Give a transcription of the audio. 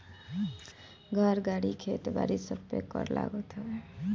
घर, गाड़ी, खेत बारी सबपे कर लागत हवे